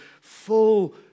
Full